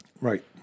Right